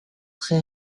très